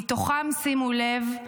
ומהם, שימו לב,